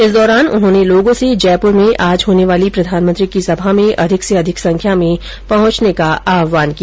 इस दौरान उन्होने लोगो से जयपुर में आज होने वाली प्रधानमंत्री की सभा में अधिक से अधिक संख्या में पहुंचने का आहवान किया